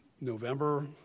November